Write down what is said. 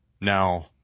Now